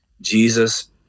Jesus